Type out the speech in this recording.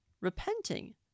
Repenting